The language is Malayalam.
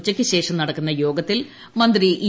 ഉച്ചയ്ക്ക് ശേഷം നടക്കുന്ന യോഗത്തിൽ മന്ത്രി ഇ